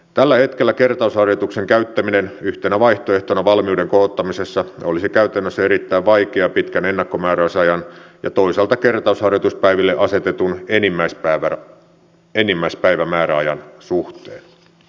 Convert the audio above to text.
tällä hetkellä kertausharjoituksen käyttäminen yhtenä vaihtoehtona valmiuden kohottamisessa olisi käytännössä erittäin vaikeaa pitkän ennakkomääräysajan ja toisaalta kertausharjoituspäiville asetetun enimmäispäivämääräajan suhteen